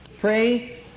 Pray